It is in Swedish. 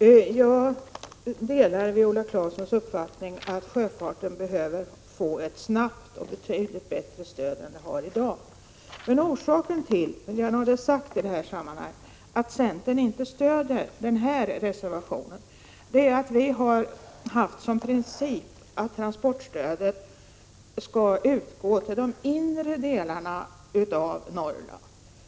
Herr talman! Jag delar Viola Claessons uppfattning att sjöfarten behöver få ett snabbt och betydligt bättre stöd än i dag. Orsaken till att centern inte stöder den här reservationen är att vi har haft som princip att transportstödet skall utgå till de inre delarna av Norrland,